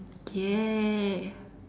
!yay!